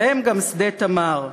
בהם גם שדה "תמר".